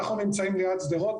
אנחנו נמצאים ליד שדרות,